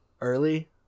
early